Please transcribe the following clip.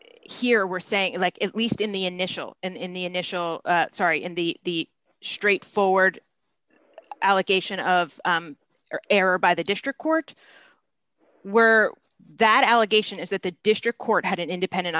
here we're saying like at least in the initial and in the initial sorry in the straightforward allocation of error by the district court where that allegation is that the district court had an independent